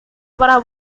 para